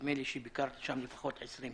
נדמה לי שביקרת שם לפחות 20 פעם.